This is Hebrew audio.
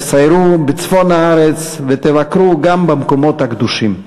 תסיירו בצפון הארץ ותבקרו גם במקומות הקדושים.